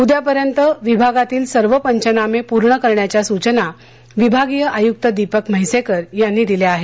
उद्यापर्यंत विभागातील सर्व पंचनामे पूर्ण करण्याच्या सूचना विभागीय आयुक्त दीपक म्हैसेकर यांनी दिल्या आहेत